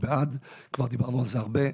כבר דיברנו על זה הרבה.